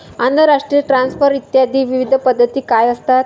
आंतरराष्ट्रीय ट्रान्सफर इत्यादी विविध पद्धती काय असतात?